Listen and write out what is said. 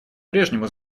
прежнему